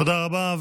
תודה רבה.